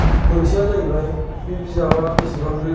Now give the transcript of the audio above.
मोनसेया जाहैबाय बे बिजाबा बेसेबां रोजा